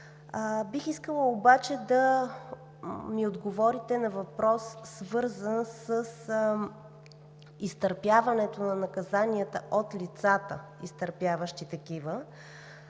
Бих искала обаче да ми отговорите на въпрос, свързан с изтърпяването на наказанията от лицата, изтърпяващи такива.